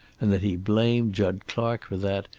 and that he blamed jud clark for that,